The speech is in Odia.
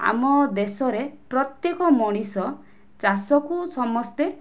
ଆମ ଦେଶରେ ପ୍ରତ୍ୟେକ ମଣିଷ ଚାଷକୁ ସମସ୍ତେ